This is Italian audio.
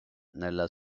nella